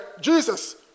Jesus